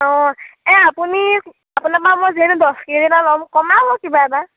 অ এই আপুনি আপোনাৰ পৰা মই যিহেতু দহ কেজিৰ এটা ল'ম কমাব কিবা এটা